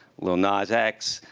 lil nas x,